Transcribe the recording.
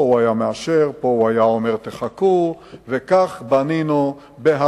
פה הוא היה מאשר, פה הוא היה אומר: חכו.